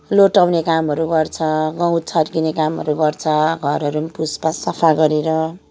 लोटाउने कामहरू गर्छ गौत छर्किने कामहरू गर्छ घरहरू पनि पुछपाछ सफा गरेर